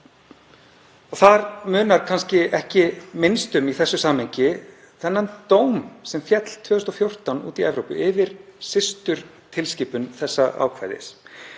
Þar munar kannski ekki minnst um í þessu samhengi þennan dóm sem féll 2014 úti í Evrópu yfir systurtilskipun þessa ákvæðis.